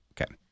Okay